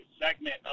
segment